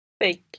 Thank